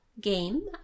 game